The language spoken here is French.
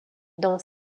dans